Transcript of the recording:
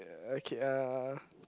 uh okay uh